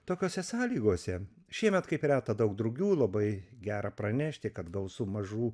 tokiose sąlygose šiemet kaip reta daug drugių labai gera pranešti kad gausų mažų